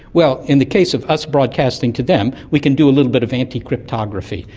well, in the case of us broadcasting to them, we can do a little bit of anti-cryptography,